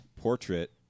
Portrait